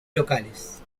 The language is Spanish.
locales